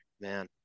man